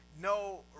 no